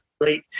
great